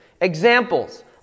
Examples